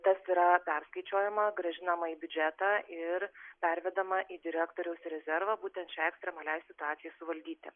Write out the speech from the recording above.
tas yra perskaičiuojama grąžinama į biudžetą ir pervedama į direktoriaus rezervą būtent šiai ekstremaliai situacijai suvaldyti